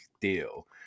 deal